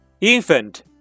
infant